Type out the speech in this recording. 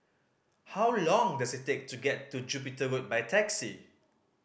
how long does it take to get to Jupiter Road by taxi